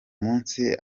munsi